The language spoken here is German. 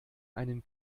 einen